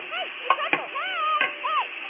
hey, hey pretzel, hey. hey!